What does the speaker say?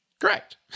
Correct